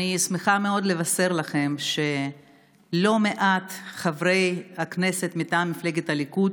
אני שמחה מאוד לבשר לכם שלא מעט חברי כנסת מטעם מפלגת הליכוד